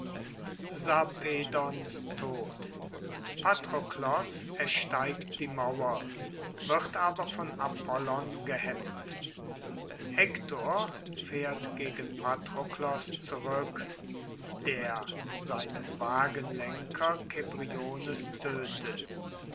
tod patroklos ersteigt die mauer wird aber von apollon gehemmt hektor fährt gegen patroklos zurück der seinem wagenlenker